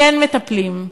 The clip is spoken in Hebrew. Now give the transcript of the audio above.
כן מטפלים.